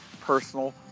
personal